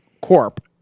Corp